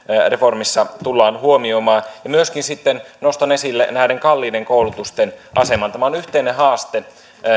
reformissa tullaan huomioimaan myöskin sitten nostan esille näiden kalliiden koulutusten aseman tämä on yhteinen haaste